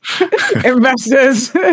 investors